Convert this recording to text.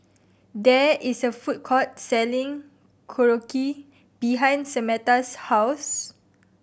there is a food court selling Korokke behind Samatha's house